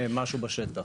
אין משהו בשטח.